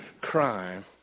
crime